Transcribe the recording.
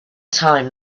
time